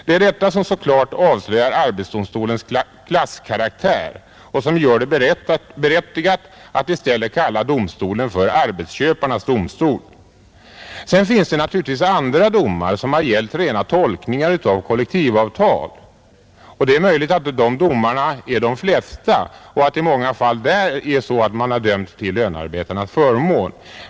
Det är detta som så klart avslöjar arbetsdomstolens klasskaraktär och som gör det berättigat att i stället kalla arbetsdomstolen för arbetsköparnas domstol. Sedan finns det naturligtvis andra domar, som har gällt rena tolkningar av kollektivavtal. Det är möjligt att de domarna är de flesta och att man i dem i många fall dömt till lönarbetarnas förmån.